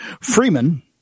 Freeman